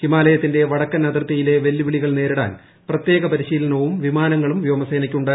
ഹിമാലയത്തിന്റെ വടക്കൻ അതിർത്തിയിലെ വെല്ലുവിളികൾ നേരിടാൻ പ്രത്യേക പരിശീലനവും വിമാനങ്ങളും വ്യോമസേനയ്ക്കുണ്ട്